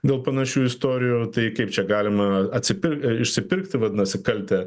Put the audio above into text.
dėl panašių istorijų tai kaip čia galima atsipir išsipirkti vadinasi kaltę